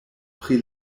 pri